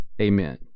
Amen